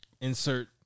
Insert